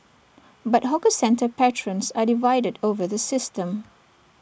but hawker centre patrons are divided over the system